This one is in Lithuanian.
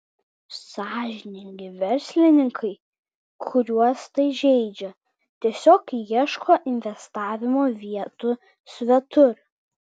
sąžiningi verslininkai kuriuos tai žeidžia tiesiog ieško investavimo vietų svetur